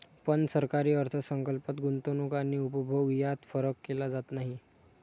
पण सरकारी अर्थ संकल्पात गुंतवणूक आणि उपभोग यात फरक केला जात नाही